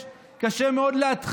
קשה מאוד לא לגמור את החודש,